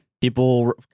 People